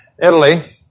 Italy